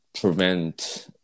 Prevent